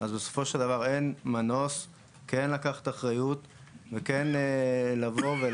בסופו של דבר אין מנוס אלא מלקחת אחריות וכן להעמיד